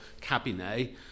cabinet